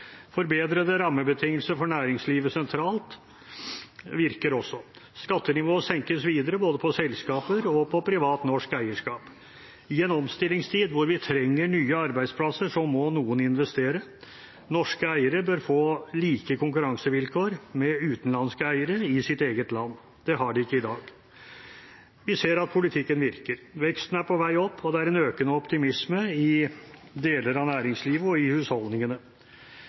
Forbedrede rammebetingelser for næringslivet sentralt virker også. Skattenivået senkes videre både for selskaper og for privat norsk eierskap. I en omstillingstid da vi trenger nye arbeidsplasser, må noen investere. Norske eiere bør i sitt eget land få samme konkurransevilkår som utenlandske eiere. Det har de ikke i dag. Vi ser at politikken virker. Veksten er på vei opp, og det er en økende optimisme i deler av næringslivet og i husholdningene.